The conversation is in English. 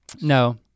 no